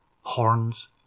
horns